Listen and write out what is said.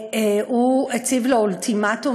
הוא הציב לו אולטימטום,